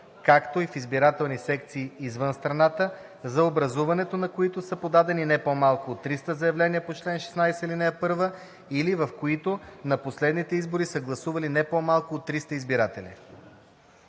„както и в избирателни секции извън страната, за образуването на които са подадени не по-малко от 300 заявления по чл. 16, ал. 1 или в които на последните избори са гласували не по-малко от 300 избиратели.“